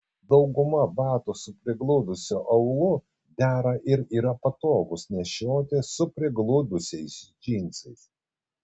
dauguma batų su prigludusiu aulu dera ir yra patogūs nešioti su prigludusiais džinsais